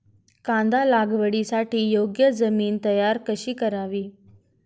कांदा लागवडीसाठी योग्य जमीन तयार कशी करावी?